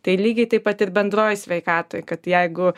tai lygiai taip pat ir bendroj sveikatoj kad jeigu